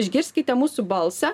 išgirskite mūsų balsą